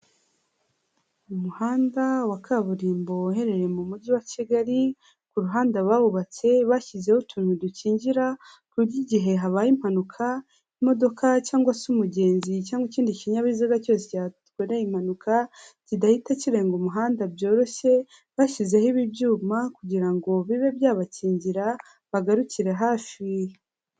Umuhanda wa kaburimbo uherereye mu Mujyi wa Kigali, ku ruhande abawubatse bashyizeho utuntu dukingira, ku buryo igihe habaye impanuka, imodoka cyangwag se umugenzi cyangwa ikindi kinyabiziga cyose cyakore impanuka, kidahita kirenga umuhanda byoroshye, bashyizeho ibi byuma kugira ngo bibe byabakingira bagarukire hafi.